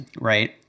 right